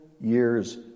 years